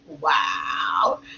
Wow